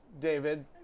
david